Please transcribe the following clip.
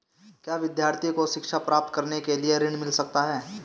क्या विद्यार्थी को शिक्षा प्राप्त करने के लिए ऋण मिल सकता है?